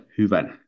hyvän